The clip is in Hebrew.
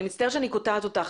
אני מצטערת שאני קוטעת אותך.